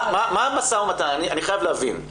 מה המשא ומתן, אני חייב להבין.